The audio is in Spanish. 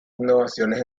innovaciones